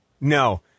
no